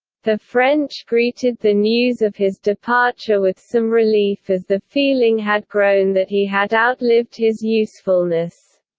the french greeted the news of his departure with some relief as the feeling had grown that he had outlived his usefulness.